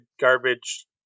garbage